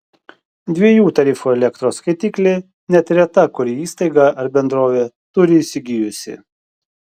dviejų tarifų elektros skaitiklį net reta kuri įstaiga ar bendrovė turi įsigijusi